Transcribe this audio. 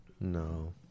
No